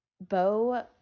Bo